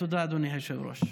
תודה, אדוני היושב-ראש.